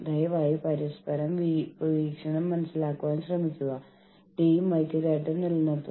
അതിനാൽ നമ്മൾ ചെയ്യുന്നത് ശരിയാണെന്ന് നമ്മൾക്ക് ഉറപ്പില്ല